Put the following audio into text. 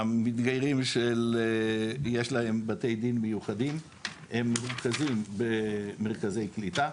המתגיירים שיש להם בתי דין מיוחדים הם מרוכזים במרכזי קליטה,